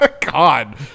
God